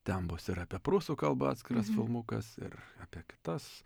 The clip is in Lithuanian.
ten bus ir apie prūsų kalbą atskiras filmukas ir apie kitas